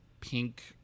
pink